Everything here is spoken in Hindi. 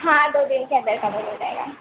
हाँ तो ठीक है वैसा हो जाएगा